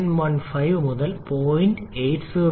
915 മുതൽ 0